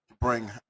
bring